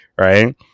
right